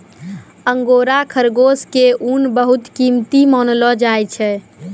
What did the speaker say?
angora खरगोश के ऊन बहुत कीमती मानलो जाय छै